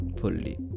fully